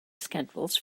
schedules